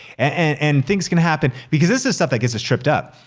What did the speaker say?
and things can happen because this is stuff that gets us tripped up.